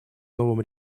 новым